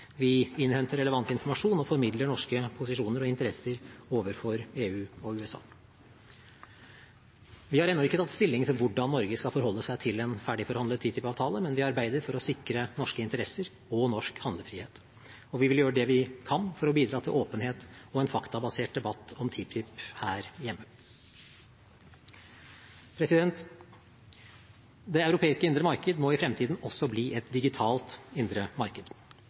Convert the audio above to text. Vi innhenter relevant informasjon og formidler norske posisjoner og interesser overfor EU og USA. Vi har ennå ikke tatt stilling til hvordan Norge skal forholde seg til en ferdigforhandlet TTIP-avtale, men vi arbeider for å sikre norske interesser og norsk handlefrihet. Og vi vil gjøre det vi kan for å bidra til åpenhet og en faktabasert debatt om TTIP her hjemme. Det europeiske indre marked må i fremtiden også bli et digitalt indre marked.